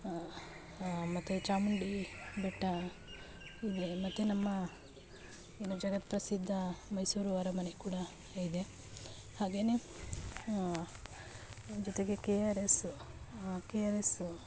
ಮತ್ತೆ ಚಾಮುಂಡಿ ಬೆಟ್ಟ ಇದೆ ಮತ್ತೆ ನಮ್ಮ ಏನು ಜಗತ್ಪ್ರಸಿದ್ಧ ಮೈಸೂರು ಅರಮನೆ ಕೂಡ ಇದೆ ಹಾಗೆನೆ ಜೊತೆಗೆ K R S K R S